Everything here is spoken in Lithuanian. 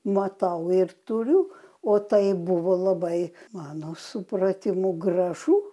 matau ir turiu o tai buvo labai mano supratimu gražu